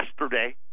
yesterday